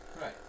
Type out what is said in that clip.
Right